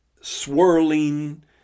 swirling